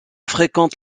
fréquente